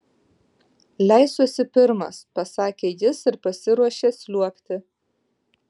leisiuosi pirmas pasakė jis ir pasiruošė sliuogti